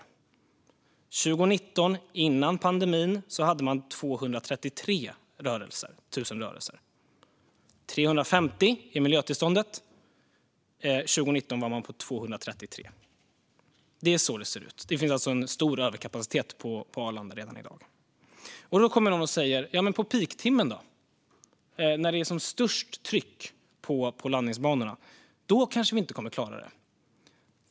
År 2019, före pandemin, hade man 233 000 rörelser. Miljötillstånden tillåter alltså 350 000 och 2019 var man på 233 000. Det är så det ser ut. Det finns alltså redan i dag en stor överkapacitet på Arlanda. Då kommer någon och säger: "Men under peaktimmen då? När det är som störst tryck på landningsbanorna kommer vi kanske inte att klara det."